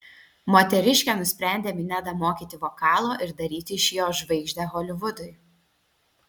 moteriškė nusprendė minedą mokyti vokalo ir daryti iš jo žvaigždę holivudui